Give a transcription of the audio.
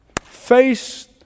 face